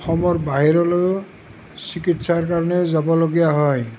অসমৰ বাহিৰলৈয়ো চিকিৎসাৰ কাৰণে যাবলগীয়া হয়